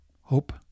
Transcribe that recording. Hope